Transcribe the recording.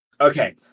Okay